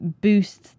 boost